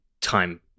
time